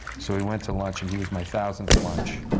so we went to lunch, and he was my thousandth lunch.